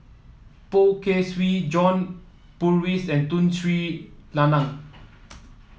Poh Kay Swee John Purvis and Tun Sri Lanang